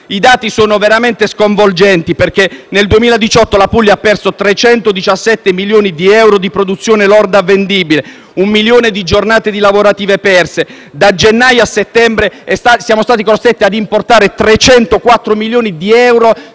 I dati sono veramente sconvolgenti: nel 2018 la Puglia ha perso 317 milioni di euro di produzione lorda vendibile e un milione di giornate lavorative. Da gennaio a settembre siamo stati costretti a importare 304 milioni di euro